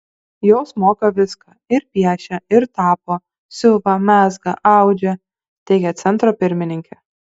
jos moka viską ir piešia ir tapo siuva mezga audžia teigė centro pirmininkė